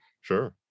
Sure